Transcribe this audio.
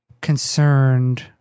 concerned